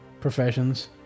Professions